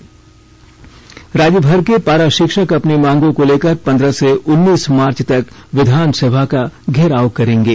विधानसभा घेराव राज्यभर के पारा शिक्षक अपनी मांगों को लेकर पन्द्रह से उन्नीस मार्च तक विधानसभा का घेराव करेंगे